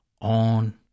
On